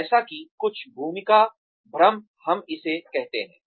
जैसा कि कुछ भूमिका भ्रम हम इसे कहते हैं